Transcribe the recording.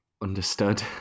understood